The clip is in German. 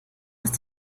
hast